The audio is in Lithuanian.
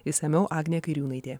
išsamiau agnė kairiūnaitė